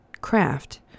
craft